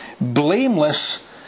blameless